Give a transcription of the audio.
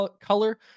color